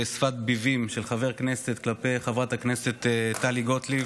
שפת ביבים של חבר כנסת כלפי חברת הכנסת טלי גוטליב.